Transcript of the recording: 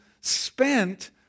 spent